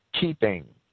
keeping